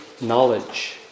knowledge